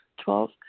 Twelve